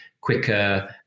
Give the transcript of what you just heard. quicker